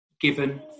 given